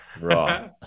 Raw